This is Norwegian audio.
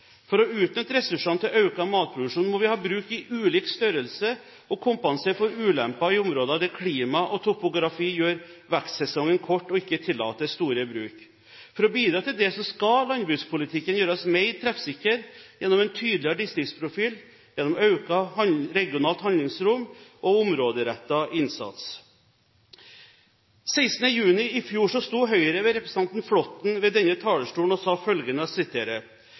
For å utnytte ressursene til økt matproduksjon må vi ha bruk i ulik størrelse, og kompensere for ulemper i områder der klima og topografi gjør vekstsesongen kort og ikke tillater store bruk. For å bidra til dette skal landbrukspolitikken gjøres mer treffsikker gjennom en tydeligere distriktsprofil, økt regionalt handlingsrom og områderettet innsats. 16. juni i fjor sto Høyre ved representanten Flåtten ved denne talerstolen og sa følgende: